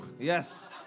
Yes